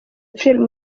pierre